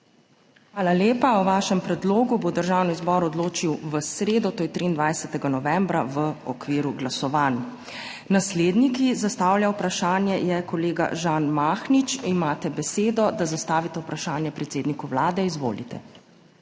Hvala lepa. O vašem predlogu bo Državni zbor odločil v sredo, to je 23. novembra, v okviru glasovanj. Naslednji, ki zastavlja vprašanje, je kolega Žan Mahnič. Imate besedo, da zastavite vprašanje predsedniku Vlade, izvolite.